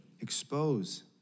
Expose